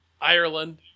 Ireland